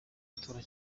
gutora